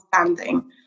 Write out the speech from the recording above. understanding